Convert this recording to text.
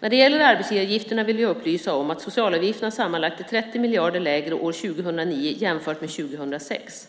När det gäller arbetsgivaravgifterna vill jag upplysa om att socialavgifterna sammanlagt är 30 miljarder lägre år 2009 jämfört med 2006.